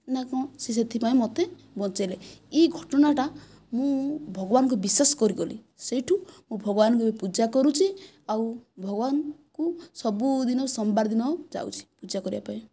ନା କଣ ସେ ସେଥିପାଇଁ ମୋତେ ବଞ୍ଚାଇଲେ ଇ ଘଟଣାଟା ମୁଁ ଭଗବାନଙ୍କୁ ବିଶ୍ଵାସ କରିଗଲି ସେଇଠୁ ମୁଁ ଭଗବାନଙ୍କୁ ଏବେ ପୂଜା କରୁଛି ଆଉ ଭଗବାନଙ୍କୁ ସବୁଦିନ ସୋମବାର ଦିନ ଯାଉଛି ପୂଜା କରିବା ପାଇଁ